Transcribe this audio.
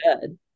good